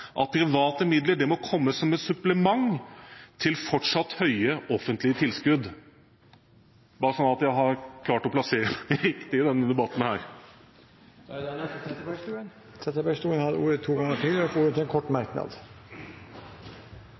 at private midler må komme som et supplement til fortsatt høye offentlige tilskudd – bare sånn at jeg har klart å plassere det riktig i denne debatten. Representanten Anette Trettebergstuen har hatt ordet to ganger tidligere og får ordet til en kort merknad,